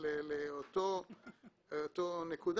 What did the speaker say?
לאותה נקודה,